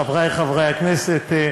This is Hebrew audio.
חברי חברי הכנסת,